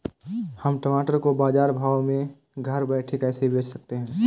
हम टमाटर को बाजार भाव में घर बैठे कैसे बेच सकते हैं?